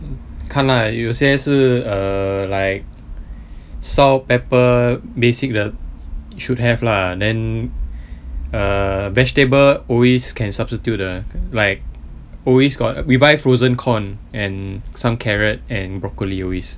看 lah 有些是 err like salt pepper basic 的 should have lah then err vegetable always can substitute 的 like always got we buy frozen corn and some carrot and broccoli always